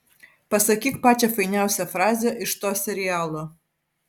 pasakyk pačią fainiausią frazę iš to serialo